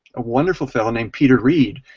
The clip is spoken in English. a wonderful fellow named peter reid.